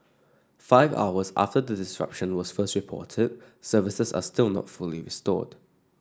five hours after the disruption was first reported services are still not fully restored